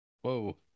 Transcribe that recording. Whoa